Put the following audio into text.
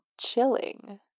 Chilling